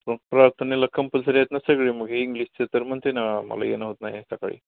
पण प्रार्थनेला कंपल्सरी आहेत ना सगळी मग हे इंग्लिशचे तर म्हणते नां मला येणं होत नाही सकाळी